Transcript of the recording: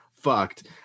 fucked